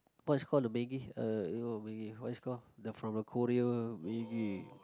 what is call the maggi uh eh what we what is call the from the Korea maggi